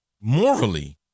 morally